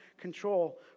control